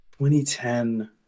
2010